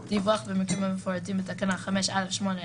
אני רוצה,